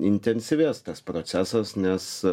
intensyvės tas procesas nes